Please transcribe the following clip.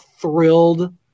thrilled